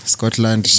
Scotland